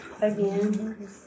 again